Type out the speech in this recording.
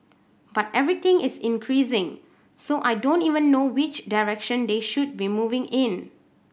but everything is increasing so I don't even know which direction they should be moving in